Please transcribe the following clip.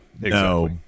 No